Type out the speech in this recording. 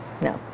no